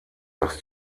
dass